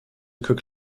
cook